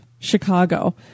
Chicago